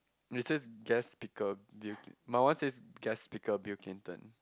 it says guest speaker Bill C~ my one says guest speaker Bill Clinton